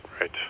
right